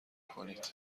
کنید